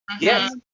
Yes